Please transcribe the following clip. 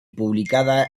publicada